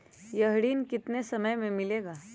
यह ऋण कितने समय मे मिलेगा?